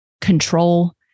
control